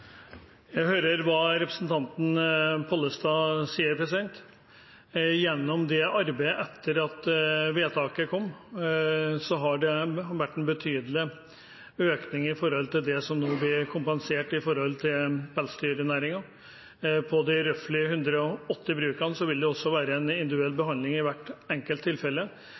Jeg hører hva representanten Pollestad sier. Gjennom arbeidet etter at vedtaket kom, har det blitt en betydelig økning i kompensasjonen overfor pelsdyrnæringen. På de «roughly» 180 brukene vil det også være en individuell behandling i hvert enkelt tilfelle.